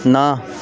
ਨਾ